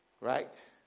Right